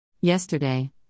Yesterday